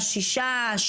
שישה,